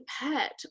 pet